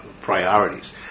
priorities